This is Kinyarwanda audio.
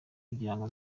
ngo